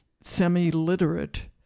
semi-literate